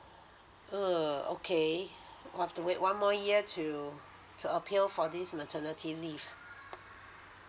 uh okay I have to wait one more year to to appeal for this maternity leave